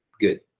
Good